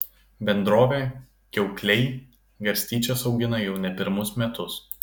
bendrovė kiaukliai garstyčias augina jau ne pirmus metus